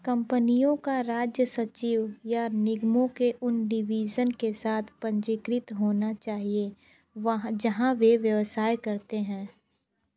कंपनियों का राज्य सचिव या निगमों के उन डिविशन के साथ पंजीकृत होना चाहिए वहाँ जहाँ वे व्यवसाय करते हैं